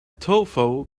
tofu